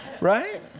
right